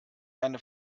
deine